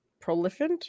prolific